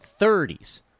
30s